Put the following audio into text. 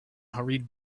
hurried